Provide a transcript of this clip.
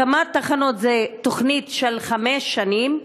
הקמת תחנות היא תוכנית של חמש שנים.